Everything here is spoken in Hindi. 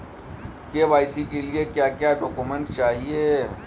के.वाई.सी के लिए क्या क्या डॉक्यूमेंट चाहिए?